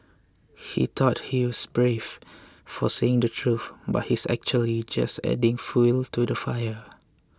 he thought he's brave for saying the truth but he's actually just adding fuel to the fire